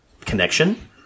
connection